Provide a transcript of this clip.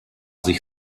sich